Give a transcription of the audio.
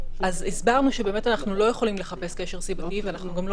הסברנו שאנחנו לא יכולים לחפש קשר סיבתי ואנחנו גם לא